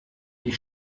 ich